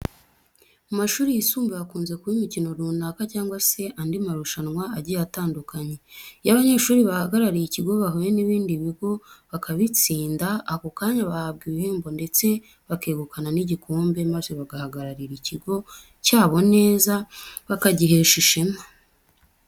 Mu mashuri yisumbuye hakunze kuba imikino runaka cyangwa se andi marushanwa agiye atandukanye. Iyo abanyeshuri bahagarariye ikigo bahuye n'ibindi bigo bakabitsinda, ako kanya bahabwa ibihembo ndetse bakegukana n'igikombe maze bagahagararira ikigo cyabo neza bakagihesha ishema.